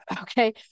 okay